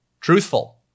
truthful